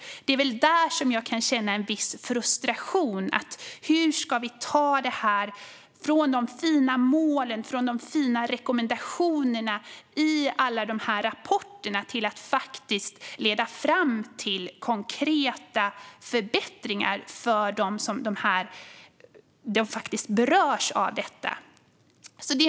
Det är där jag kan känna en viss frustration. Hur ska vi ta detta från de fina målen och de fina rekommendationerna i alla rapporter till att leda fram till konkreta förbättringar för dem som berörs av detta?